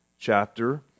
chapter